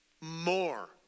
more